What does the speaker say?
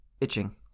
itching